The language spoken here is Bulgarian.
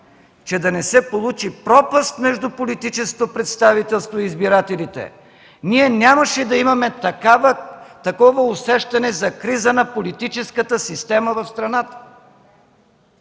че да не се получи пропаст между политическото представителство и избирателите, ние нямаше да имаме такова усещане за криза на политическата система в страната.